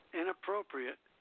inappropriate